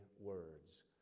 words